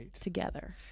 together